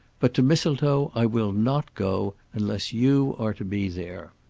but to mistletoe i will not go, unless you are to be there.